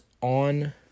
on